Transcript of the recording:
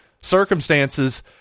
circumstances